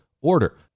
order